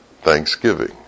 thanksgiving